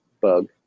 bug